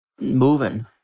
moving